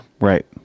Right